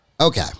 Okay